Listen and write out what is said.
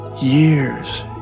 Years